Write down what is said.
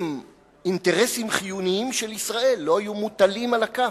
אם אינטרסים חיוניים של ישראל לא היו מוטלים על הכף.